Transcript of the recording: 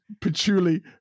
Patchouli